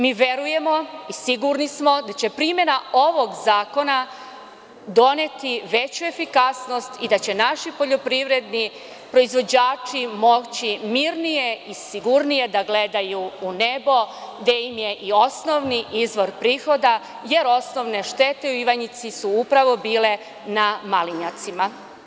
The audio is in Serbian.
Mi verujemo i sigurni smo da će primena ovog zakona doneti veću efikasnost i da će naši poljoprivredni proizvođači moći mirnije i sigurnije da gledaju u nebo gde im je i osnovni izvor prihoda jer osnovne štete u Ivanjici su upravo bile na malinjacima.